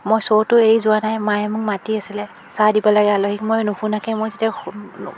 মই শ্ব'টো এৰি যোৱা নাই মায়ে মোক মাতি আছিলে চাহ দিব লাগে আলহীক মই নুশুনাকৈ মই যেতিয়া